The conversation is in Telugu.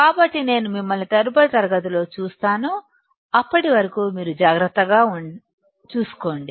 కాబట్టి నేను మిమ్మల్ని తదుపరి తరగతిలో చూస్తాను అప్పటి వరకు మీరు జాగ్రత్తగా చూసుకోండి